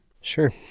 Sure